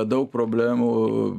daug problemų